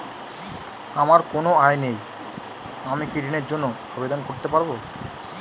আমার কোনো আয় নেই আমি কি ঋণের জন্য আবেদন করতে পারব?